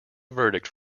verdict